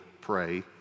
pray